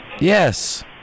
Yes